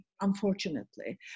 unfortunately